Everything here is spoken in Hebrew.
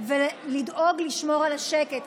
ולדאוג לשמור על השקט.